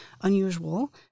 unusual